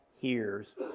hears